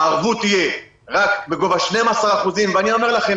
הערבות תהיה רק בגובה 12%. אני אומר לכם,